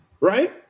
Right